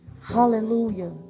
Hallelujah